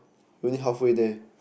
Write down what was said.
we already halfway there